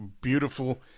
beautiful